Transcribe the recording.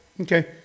okay